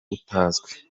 utazwi